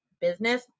business